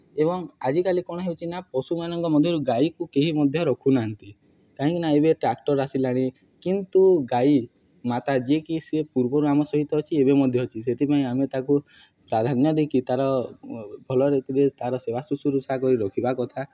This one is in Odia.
ଏବଂ ଆଜିକାଲି କ'ଣ ହେଉଛି ନା ପଶୁମାନଙ୍କ ମଧ୍ୟରୁ ଗାଈକୁ କେହି ମଧ୍ୟ ରଖୁନାହାନ୍ତି କାହିଁକିନା ଏବେ ଟ୍ରାକ୍ଟର୍ ଆସିଲାଣି କିନ୍ତୁ ଗାଈ ମାତା ଯିଏକି ସେ ପୂର୍ବରୁ ଆମ ସହିତ ଅଛି ଏବେ ମଧ୍ୟ ଅଛି ସେଥିପାଇଁ ଆମେ ତାକୁ ପ୍ରାଧାନ୍ୟ ଦେଇକି ତା'ର ଭଲରେ ତା'ର ସେବା ଶୁଶ୍ରୂଷା କରି ରଖିବା କଥା